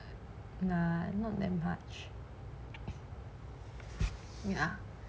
nah not that much ya